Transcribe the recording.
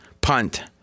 Punt